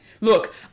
look